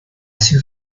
sido